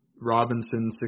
Robinson